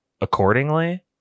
Accordingly